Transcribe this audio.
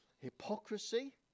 hypocrisy